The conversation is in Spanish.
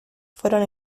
fueron